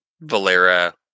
Valera